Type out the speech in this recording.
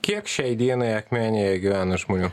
kiek šiai dienai akmenėje gyvena žmonių